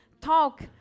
Talk